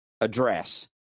address